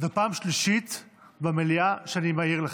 זאת פעם שלישית במליאה שאני מעיר לכם.